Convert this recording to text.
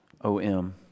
O-M